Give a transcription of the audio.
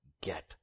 get